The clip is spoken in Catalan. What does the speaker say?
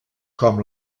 com